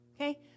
Okay